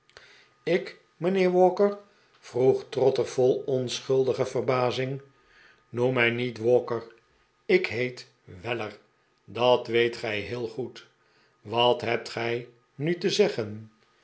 ik mijnheer walker vroeg trotter vol onschuldige verbazing noem mij niet walker ik heet wellerj dat weet gij heel goed wat hebt gij nu te zeggen